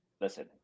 listen